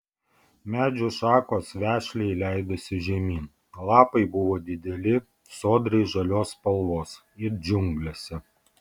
medžių šakos vešliai leidosi žemyn lapai buvo dideli sodriai žalios spalvos it džiunglėse